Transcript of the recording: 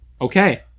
Okay